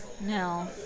No